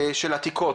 עתיקות.